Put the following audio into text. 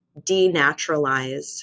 denaturalize